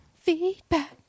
Feedback